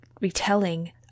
retelling